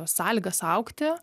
sąlygas augti